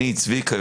אני צביקה,